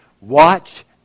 Watch